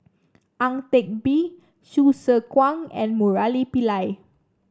Ang Teck Bee Hsu Tse Kwang and Murali Pillai